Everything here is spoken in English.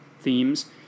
themes